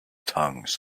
tongues